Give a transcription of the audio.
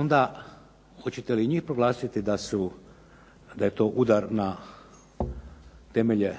onda hoćete li njih proglasiti da je to udar na temelje